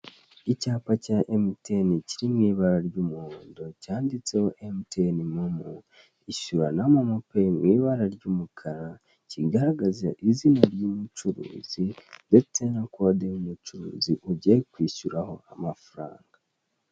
Icyapa cya emutiyeni kiri mu ibara ry'umuhondo, cyanditseho emutiyene momo. Ishyura na momo peyi, mu ibara ry'umukara, kigaragaza izina ry'umucuruzi, ndetse na kode y'umucuruzi ugiye kwishyuraho amafaranga.